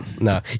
No